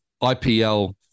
IPL